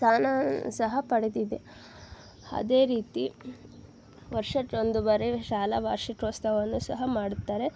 ಸ್ಥಾನ ಸಹ ಪಡೆದಿದೆ ಅದೇ ರೀತಿ ವರ್ಷಕ್ಕೆ ಒಂದು ಬಾರಿ ಶಾಲಾ ವಾರ್ಷಿಕೋತ್ಸವವನ್ನು ಸಹ ಮಾಡುತ್ತಾರೆ